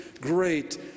great